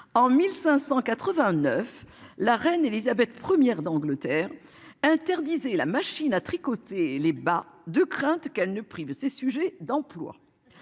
en 1589. La reine Elizabeth première d'Angleterre interdisez la machine à tricoter les bas de crainte qu'elles ne prive ces sujets d'emploi.